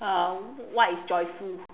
uh what is joyful